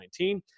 2019